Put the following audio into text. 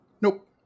Nope